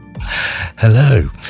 Hello